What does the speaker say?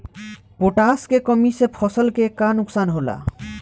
Potash के कमी से फसल के का नुकसान होला?